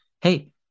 hey